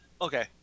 Okay